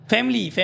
Family